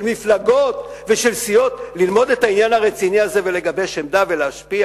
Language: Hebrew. של מפלגות ושל סיעות ללמוד את העניין הרציני הזה ולגבש עמדה ולהשפיע?